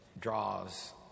draws